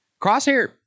Crosshair